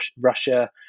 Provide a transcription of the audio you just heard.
Russia